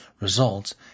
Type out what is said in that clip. results